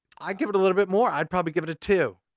i'd give it a little bit more. i'd probably give it a two.